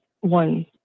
one